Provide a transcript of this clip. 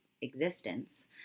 existence